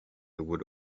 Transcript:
would